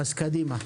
בבקשה.